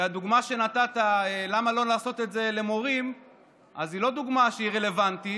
והדוגמה שנתת למה לא לעשות את זה למורים היא לא דוגמה רלוונטית,